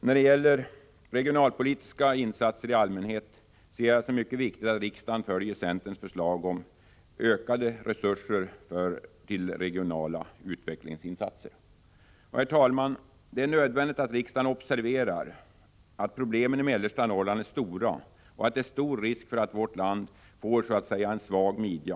När det gäller regionalpolitiska insatser i allmänhet anser jag det vara mycket viktigt att riksdagen följer centerns förslag om ökade resurser till regionala utvecklingsinsatser. Herr talman! Det är nödvändigt att riksdagen observerar att problemen i mellersta Norrland är stora och att det är stor risk att vårt land så att säga får en svag midja.